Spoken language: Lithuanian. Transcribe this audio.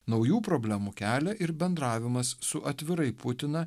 naujų problemų kelia ir bendravimas su atvirai putiną